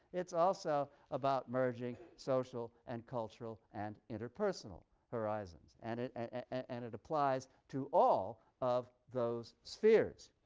it's also about merging social and cultural and interpersonal horizons and it and it applies to all of those spheres.